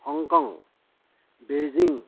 Hong Kong Beijing